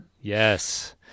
Yes